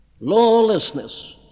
Lawlessness